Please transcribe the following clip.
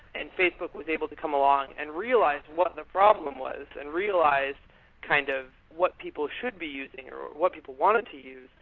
and facebook was able to come along and realized what the problem was, and realized kind of what people should be using, or what people wanted to use,